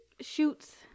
shoots